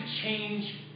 change